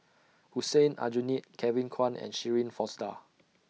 Hussein Aljunied Kevin Kwan and Shirin Fozdar